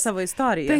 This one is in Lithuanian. savo istoriją